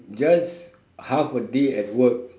just half a day at work